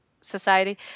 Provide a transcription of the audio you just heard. society